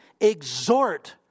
exhort